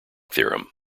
theorem